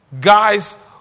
Guys